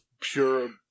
pure